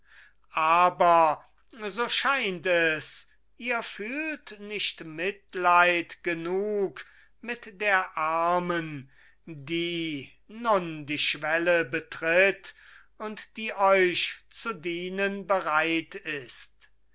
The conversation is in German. aber so scheint es ihr fühlt nicht mitleid genug mit der armen die nun die schwelle betritt und die euch zu dienen bereit ist